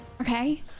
okay